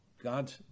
God